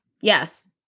Yes